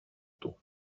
του